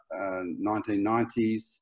1990s